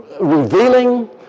revealing